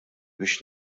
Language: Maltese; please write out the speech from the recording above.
biex